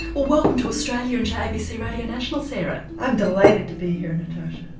well welcome to australia and to abc radio national, sarah. i'm delighted to be here, natasha.